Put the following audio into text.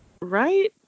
right